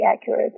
accurate